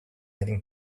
heading